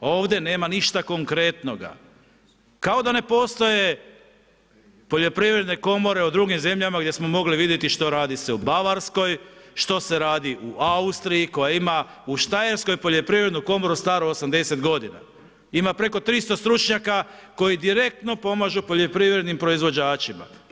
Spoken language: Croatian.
Ovdje nema ništa konkretnoga kao da ne postoje poljoprivredne komore u drugim zemljama gdje smo mogli vidjeti što se radi u Bavarskoj, što se radi u Austriji koja ima u Štajersku poljoprivrednu komoru staru 80 godina, ima preko 300 stručnjaka koji direktno pomažu poljoprivrednim proizvođačima.